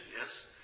yes